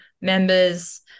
members